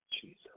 Jesus